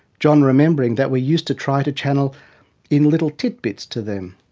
john remembering that we used to try to channel in little tit bits to them.